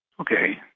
Okay